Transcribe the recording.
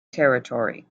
territory